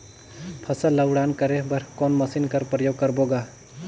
फसल ल उड़ान करे बर कोन मशीन कर प्रयोग करबो ग?